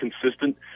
consistent